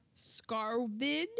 Scarvid